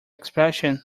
expression